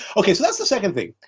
okay, so that's the second thing.